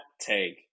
take